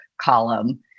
column